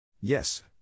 Yes